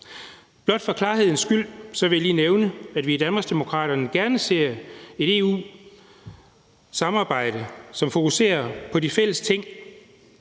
Blot for klarhedens skyld vil jeg lige nævne, at vi i Danmarksdemokraterne gerne ser et EU-samarbejde, som fokuserer på de fælles ting.